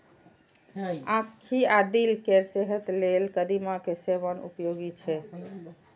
आंखि आ दिल केर सेहत लेल कदीमा के सेवन उपयोगी छै